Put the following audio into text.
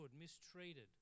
mistreated